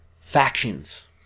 factions